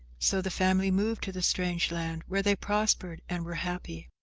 so the family moved to the strange land where they prospered and were happy.